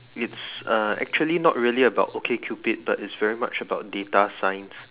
it's uh actually not really about okay cupid but it's very much about data science